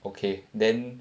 okay then